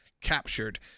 captured